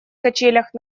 качелях